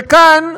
וכאן,